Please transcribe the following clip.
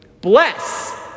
Bless